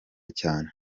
cyane